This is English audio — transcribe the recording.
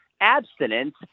abstinence